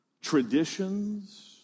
Traditions